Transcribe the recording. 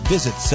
Visit